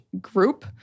group